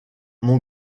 mon